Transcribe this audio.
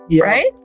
right